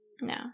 No